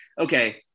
Okay